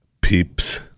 peeps